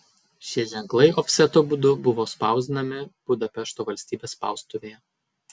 šie ženklai ofseto būdu buvo spausdinami budapešto valstybės spaustuvėje